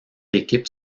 équipes